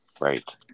Right